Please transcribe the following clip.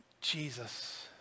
Jesus